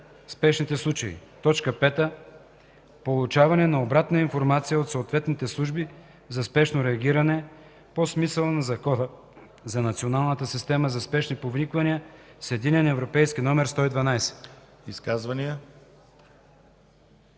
спешните случаи; 5. получаване на обратна информация от съответните служби за спешно реагиране, по смисъла на Закона за Националната система за спешни повиквания с единен